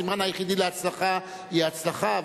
הסימן היחידי להצלחה הוא ההצלחה,